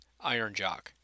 IronJock